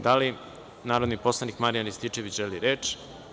Da li narodni poslanik Marijan Rističević želi reč?